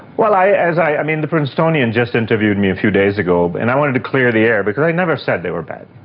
well, i, as i, i mean, the princetonian just interviewed me a few days ago but and i wanted to clear the air because i never said they were bad.